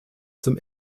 zum